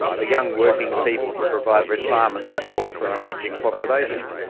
for young working people to provide retirement support for an aging population,